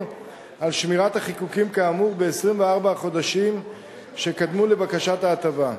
על שמירת החיקוקים כאמור ב-24 החודשים שקדמו לבקשת ההטבה.